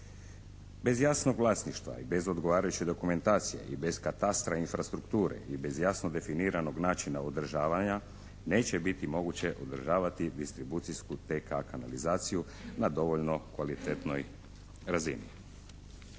Bez jasnog vlasništva i bez odgovarajuće dokumentacije i bez katastra infrastrukture i bez jasno definiranog načina održavanja neće biti moguće održavati distribucijsku TK kanalizaciju na dovoljno kvalitetnoj razini.